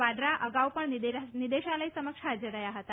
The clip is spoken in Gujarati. વાડ્રા અગાઉ પણ નિદેશાલય સમક્ષ હાજર રહ્યા હતા